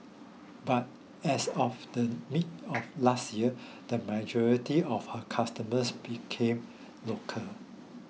but as of the middle of last year the majority of her customers became local